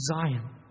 Zion